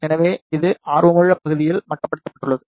எனவே இது ஆர்வமுள்ள பகுதியில் மட்டுப்படுத்தப்பட்டுள்ளது